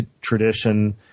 tradition